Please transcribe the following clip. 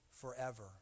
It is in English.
forever